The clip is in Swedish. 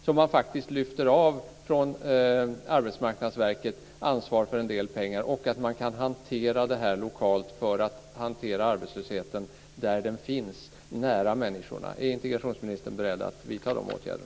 Jag menar att ansvaret för en del pengar kan lyftas av från Arbetsmarknadsverket, så att man lokalt kan hantera arbetslösheten där den finns, nära människorna. Är integrationsministern beredd att vidta dessa åtgärder?